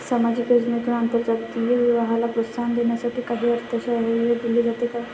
सामाजिक योजनेतून आंतरजातीय विवाहाला प्रोत्साहन देण्यासाठी काही अर्थसहाय्य दिले जाते का?